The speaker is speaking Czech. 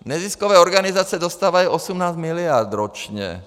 Neziskové organizace dostávají 18 mld. ročně.